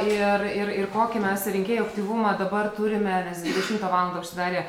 ir ir ir kokį mes rinkėjų aktyvumą dabar turime dvidešimtą valandą užsidarė